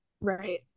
right